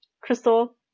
Crystal